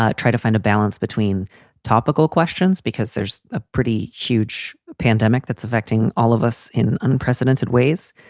ah try to find a balance between topical questions, because there's a pretty huge pandemic that's affecting all of us in unprecedented ways.